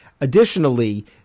additionally